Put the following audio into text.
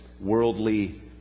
worldly